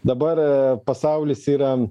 dabar pasaulis yra